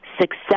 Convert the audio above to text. success